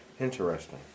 Interesting